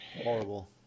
Horrible